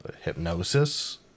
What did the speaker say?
Hypnosis